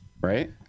Right